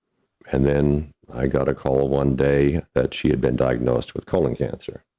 and then, i got a call one day that she had been diagnosed with colon cancer.